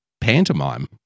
pantomime